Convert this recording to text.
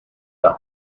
the